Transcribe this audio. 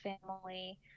family